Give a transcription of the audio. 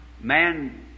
man